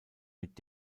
mit